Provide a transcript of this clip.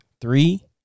Three